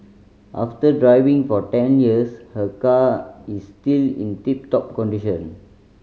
after driving for ten years her car is still in tip top condition